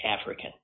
African